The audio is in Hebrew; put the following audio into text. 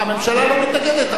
הממשלה לא מתנגדת,